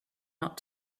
not